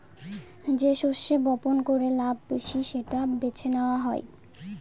যে শস্য বপন করে লাভ বেশি সেটা বেছে নেওয়া হয়